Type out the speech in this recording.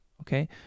okay